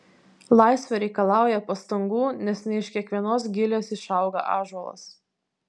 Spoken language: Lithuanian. laisvė reikalauja pastangų nes ne iš kiekvienos gilės išauga ąžuolas